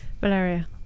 Valeria